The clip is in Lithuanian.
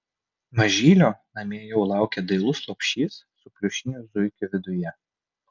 mažylio namie jau laukia dailus lopšys su pliušiniu zuikiu viduje